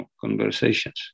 conversations